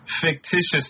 Fictitious